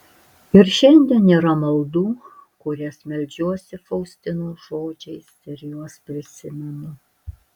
ir šiandien yra maldų kurias meldžiuosi faustinos žodžiais ir juos prisimenu